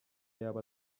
yaba